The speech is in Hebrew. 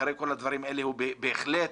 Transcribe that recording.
אחרי כל הדברים האלה, הוא בהחלט